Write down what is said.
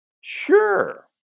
Sure